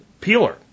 peeler